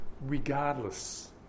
regardless